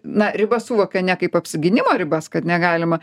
na ribas suvokia ne kaip apsigynimo ribas kad negalima